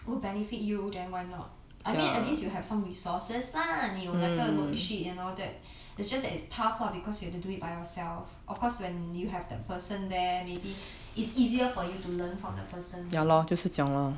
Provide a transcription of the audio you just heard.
will benefit you then why not I mean at least you have some resources lah 你有那个 worksheet and all that it's just that it's tough lah because you have to do it by yourself of course when you have the person there maybe it's easier for you to learn from the person there lor